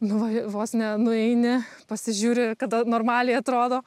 buvo vos ne nueini pasižiūri kada normaliai atrodo